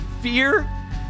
fear